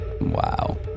Wow